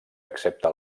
excepte